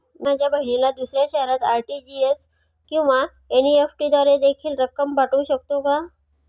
मी माझ्या बहिणीला दुसऱ्या शहरात आर.टी.जी.एस किंवा एन.इ.एफ.टी द्वारे देखील रक्कम पाठवू शकतो का?